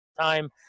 time